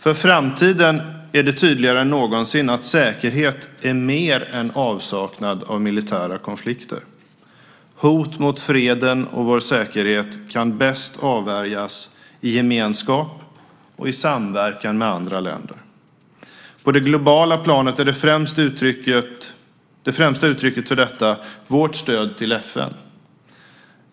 För framtiden är det tydligare än någonsin att säkerhet är mer än avsaknad av militära konflikter. Hot mot freden och vår säkerhet kan bäst avvärjas i gemenskap och i samverkan med andra länder. På det globala planet är det främsta uttrycket för detta vårt stöd till FN.